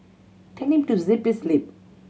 tell him to zip his lip